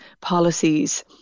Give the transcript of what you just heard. policies